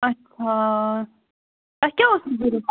اَچھا تۄہہِ کیٛاہ اوسوُ ضوٚرَتھ